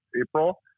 April